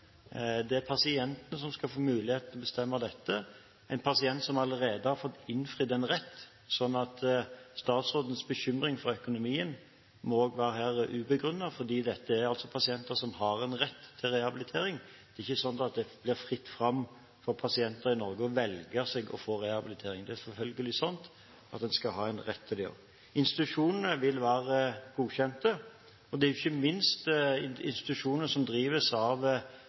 Det er pasienten som skal få muligheten til å bestemme dette – en pasient som allerede har fått innfridd en rett. Statsrådens bekymring for økonomien må også her være ubegrunnet, fordi dette er pasienter som har en rett til rehabilitering. Det er ikke slik at det blir fritt fram for pasienter i Norge å velge å få rehabilitering. Det er selvfølgelig slik at man skal ha en rett til det også. Institusjonene vil være godkjente, og det er ikke minst de institusjonene som drives av